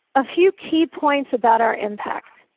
a few key points about our impact,